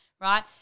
right